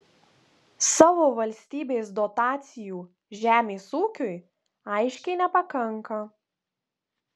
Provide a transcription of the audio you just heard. savo valstybės dotacijų žemės ūkiui aiškiai nepakanka